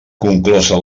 conclosa